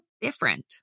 different